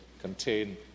Contain